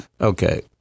okay